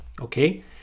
Okay